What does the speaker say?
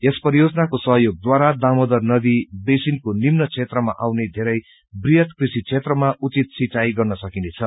यस परियोजनाको सहयोग द्वारा दामोदर नदी वेसिनको निम्न क्षेत्रमा आउने धेरै वृहत कृषि क्षेत्रमा उचित सिंचाई गर्न सकिनेछ